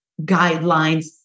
guidelines